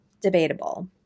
debatable